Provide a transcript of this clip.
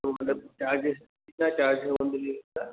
तो मतलब चार्जेस कितना चार्ज है होम डिलेवरी का